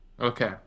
Okay